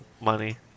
money